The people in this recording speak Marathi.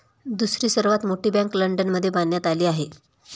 दुसरी सर्वात मोठी बँक लंडनमध्ये बांधण्यात आली आहे